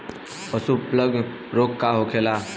पशु प्लग रोग का होखेला?